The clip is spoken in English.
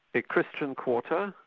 a christian quarter,